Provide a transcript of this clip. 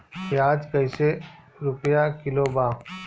प्याज कइसे रुपया किलो बा?